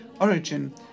origin